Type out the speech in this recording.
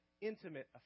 intimate